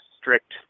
strict